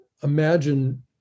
imagine